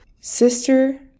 sister